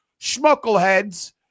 schmuckleheads